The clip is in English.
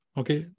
okay